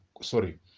Sorry